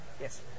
yes